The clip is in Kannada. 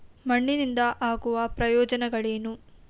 ಮಣ್ಣಿನಿಂದ ಆಗುವ ಪ್ರಯೋಜನಗಳೇನು?